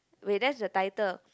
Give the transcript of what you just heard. wait there's a title